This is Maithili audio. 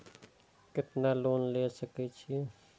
केतना लोन ले सके छीये?